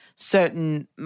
certain